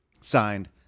Signed